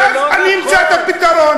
ואז אני אמצא את הפתרון.